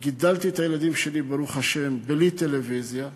גידלתי את הילדים שלי, ברוך השם, בלי טלוויזיה,